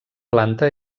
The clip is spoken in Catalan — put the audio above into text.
planta